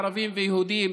ערבים ויהודים.